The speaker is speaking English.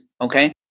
okay